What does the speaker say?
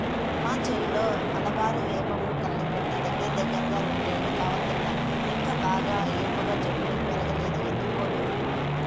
మా చేలో మలబారు వేప మొక్కల్ని బెట్టి దగ్గరదగ్గర రెండేళ్లు కావత్తన్నా ఇంకా బాగా ఏపుగా చెట్లు బెరగలేదు ఎందుకనో